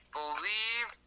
believe